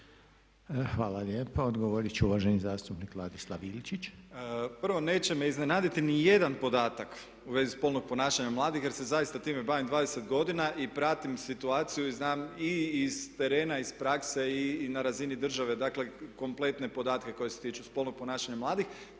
Hvala lijepa. Odgovorit će uvaženi zastupnik Ladislav Ilčić. **Ilčić, Ladislav (HRAST)** Prvo, neće me iznenaditi nijedan podatak u vezi spolnog ponašanja mladih jer se zaista time bavim 20 godina i pratim situaciju i znam i s terena i iz prakse i na razini države dakle kompletne podatke koji se tiču spolnog ponašanja mladih